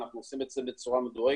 אנחנו עושים את זה בצורה מדורגת,